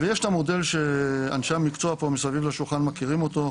יש את המודל שאנשי המקצוע מסביב לשולחן מכירים אותו,